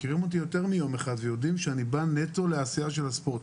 מכירים אותי יותר מיום אחד ויודעים שאני בא נטו לעשייה של הספורט.